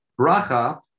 bracha